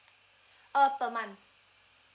uh per month